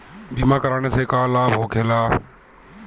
बीमा कराने से का लाभ होखेला?